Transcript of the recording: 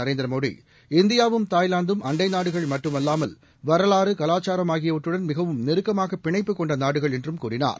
நரேந்திரமோடி இந்தியாவும் தாய்லாந்தும் அண்டை நாடுகள் மட்டுமல்வாமல் வரவாறு கவாச்சாரம் ஆகியவற்றுடன் மிகவும் நெருக்கமாக பிணைப்பு கொண்ட நாடுகள் என்றும் கூறினார்